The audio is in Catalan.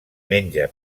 menja